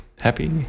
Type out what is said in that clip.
Happy